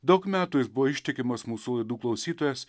daug metų jis buvo ištikimas mūsų laidų klausytojas